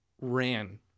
ran